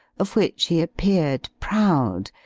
of which he appeared proud,